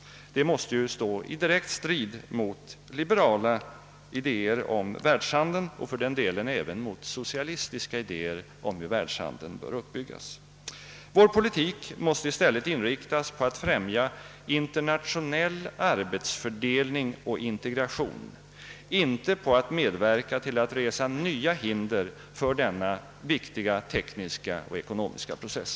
Det måste stå i direkt strid mot liberala idéer om världshandeln och för den delen även mot socialistiska idéer om hur världshandeln bör uppbyggas. Vår politik måste inriktas på att främja internationell arbetsfördelning och integration, inte på att medverka till att resa hinder för denna tekniska och ekonomiska process.